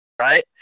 right